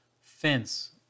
fence